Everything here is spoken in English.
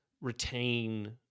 retain